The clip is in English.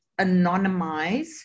anonymize